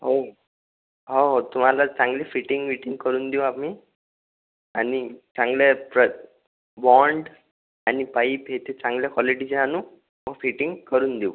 हो हो हो तुम्हाला चांगली फिटिंग विटिंग करून देऊ आम्ही आणि चांगल्या प्र बॉन्ड आणि पाईप हे ते चांगल्या क्वालिटीचे आणू मग फिटिंग करून देऊ